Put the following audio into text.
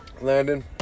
Landon